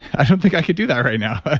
i don't think i could do that right now. but